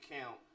count